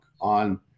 on